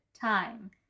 time